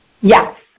yes